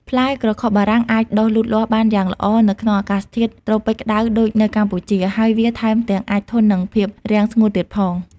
ដើមក្រខុបបារាំងអាចដុះលូតលាស់បានយ៉ាងល្អនៅក្នុងអាកាសធាតុត្រូពិចក្ដៅដូចនៅកម្ពុជា ហើយវាថែមទាំងអាចធន់នឹងភាពរាំងស្ងួតទៀតផង។